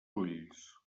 ulls